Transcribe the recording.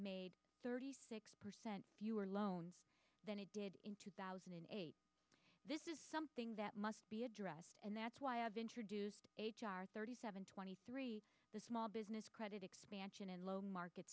made thirty six percent fewer loans than it did in two thousand and eight this is something that must be addressed and that's why i've introduced h r thirty seven twenty three the small business credit expansion and loan market